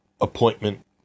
appointment